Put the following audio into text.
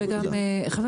וגם חבר